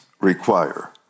require